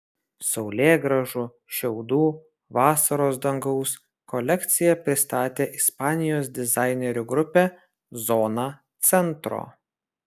saulėgrąžų šiaudų vasaros dangaus kolekciją pristatė ispanijos dizainerių grupė zona centro